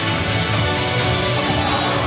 ah